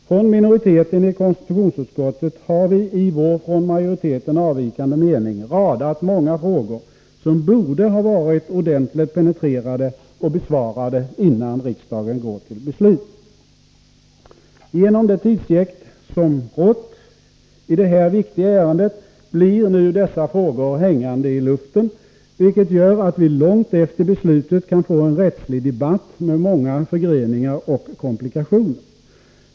Från minoriteten i konstitutionsutskottet har vi i vår från majoriteten avvikande mening radat många frågor som borde ha varit ordentligt penetrerade och besvarade, innan riksdagen går till beslut. På grund av det tidsjäkt som rått i det här viktiga ärendet blir nu dessa frågor hängande i luften, vilket gör att vi långt efter beslutet kan få en rättslig debatt med många förgreningar och komplikationer.